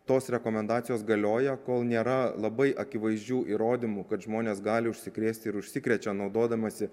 tos rekomendacijos galioja kol nėra labai akivaizdžių įrodymų kad žmonės gali užsikrėsti ir užsikrečia naudodamiesi